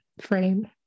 frame